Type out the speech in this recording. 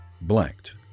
blanked